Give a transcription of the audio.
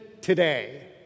today